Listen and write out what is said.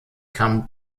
come